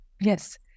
Yes